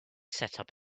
setup